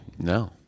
No